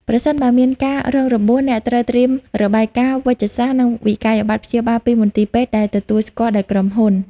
ប្រសិនបើមានការរងរបួស អ្នកត្រូវត្រៀម របាយការណ៍វេជ្ជសាស្ត្រ និងវិក្កយបត្រព្យាបាលពីមន្ទីរពេទ្យដែលទទួលស្គាល់ដោយក្រុមហ៊ុន។